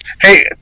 hey